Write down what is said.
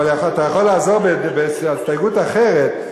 אבל אתה יכול לעזור בהסתייגות אחרת,